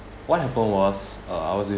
what happened was I was in